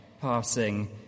passing